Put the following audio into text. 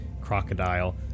crocodile